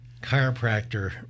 Chiropractor